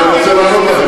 אני רוצה לענות לכם.